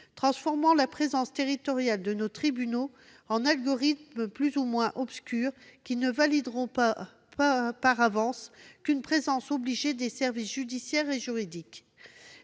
transformant la présence territoriale de nos tribunaux en algorithmes plus ou moins obscurs, qui ne valideront par avance qu'une présence obligée des services judiciaires et juridiques.